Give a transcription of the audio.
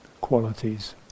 qualities